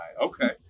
okay